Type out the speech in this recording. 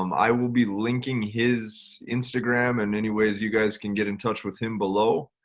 um i will be linking his instagram and anyways, you guys can get in touch with him below.